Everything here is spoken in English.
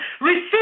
Receive